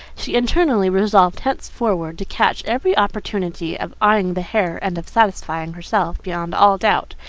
she internally resolved henceforward to catch every opportunity of eyeing the hair and of satisfying herself, beyond all doubt,